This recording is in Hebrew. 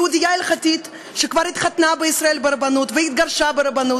יהודייה הלכתית שכבר התחתנה בישראל ברבנות והתגרשה ברבנות,